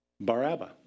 Barabbas